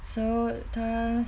so 他